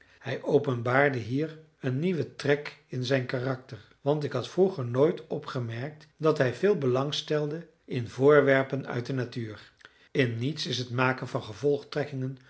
hij openbaarde hier een nieuwen trek in zijn karakter want ik had vroeger nooit opgemerkt dat hij veel belang stelde in voorwerpen uit de natuur in niets is het maken van